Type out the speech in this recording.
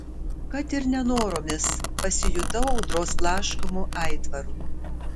kad ir nenoromis pasijutau audros blaškomu aitvaru